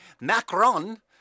Macron